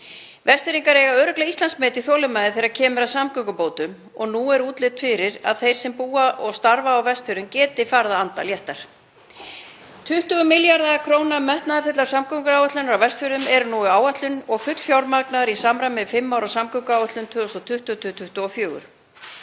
Vestfirðingar eiga örugglega Íslandsmet í þolinmæði þegar kemur að samgöngubótum og nú er útlit fyrir að þeir sem búa og starfa á Vestfjörðum geti farið að anda léttar. 20 milljarða kr. metnaðarfullar samgönguáætlanir á Vestfjörðum eru nú í áætlun og fullfjármagnaðar í samræmi við fimm ára samgönguáætlun, 2020–2024.